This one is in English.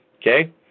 okay